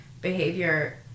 behavior